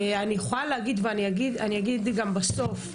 אני יכולה להגיד ואני אגיד גם בסוף,